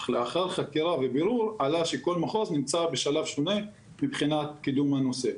אך לאחר חקיקה ובירור עלה שכל מחוז נמצא בשלב שונה מבחינת קידום הנושא.